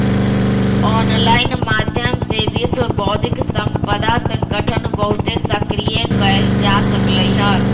online माध्यम से विश्व बौद्धिक संपदा संगठन बहुते सक्रिय कएल जा सकलई ह